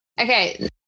okay